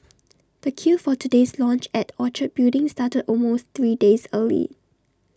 the queue for today's launch at Orchard building started almost three days early